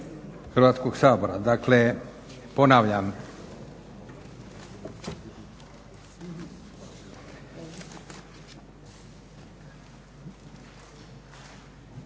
Hrvatskog sabora. Dakle ponavljam, Poslovnik Hrvatskog sabora